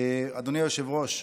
אדוני היושב-ראש,